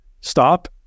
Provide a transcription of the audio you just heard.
stop